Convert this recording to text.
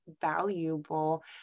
valuable